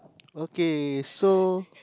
okay so